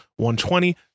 120